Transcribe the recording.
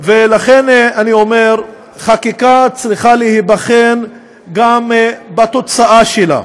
ולכן אני אומר, חקיקה צריכה להיבחן גם בתוצאה שלה,